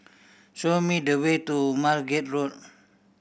show me the way to Margate Road